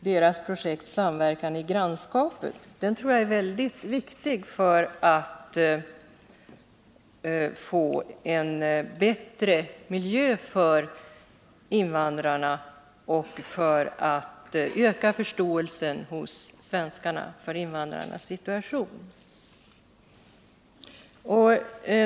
Det är projektet Samverkan i grannskapet, som jag tror är mycket viktigt för att få en bättre miljö för invandrarna och för att öka förståelsen hos svenskarna för invandrarnas situation.